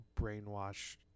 brainwashed